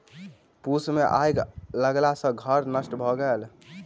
फूस मे आइग लगला सॅ घर नष्ट भ गेल